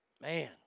Man